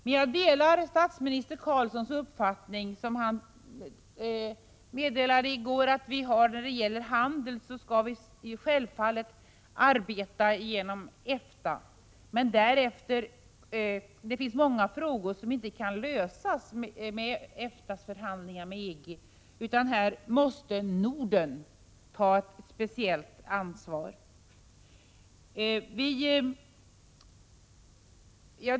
Jag delar den uppfattning som statsminister Carlsson gav uttryck för i går, nämligen att vi när det gäller handeln självfallet skall arbeta genom EFTA. Men många frågor kan inte lösas genom EFTA:s förhandlingar med EG. Då måste Norden ta ett speciellt ansvar.